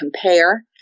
compare